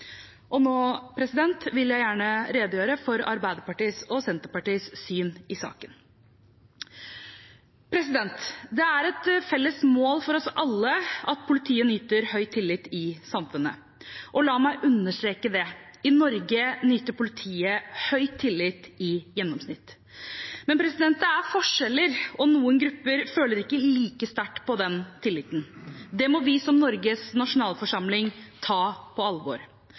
Nå vil jeg gjerne redegjøre for Arbeiderpartiet og Senterpartiets syn i saken. Det er et felles mål for oss alle at politiet nyter høy tillit i samfunnet. Og la meg understreke det: I Norge nyter politiet i gjennomsnitt høy tillit. Men det er forskjeller, og noen grupper føler ikke like sterkt på den tilliten. Det må vi som Norges nasjonalforsamling ta på alvor.